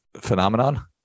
phenomenon